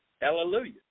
Hallelujah